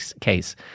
case